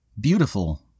beautiful